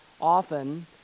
often